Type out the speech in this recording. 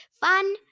Fun